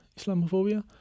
Islamophobia